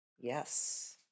Yes